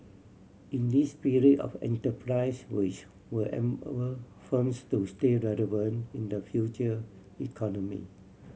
in this spirit of enterprise which will firms to stay relevant in the future economy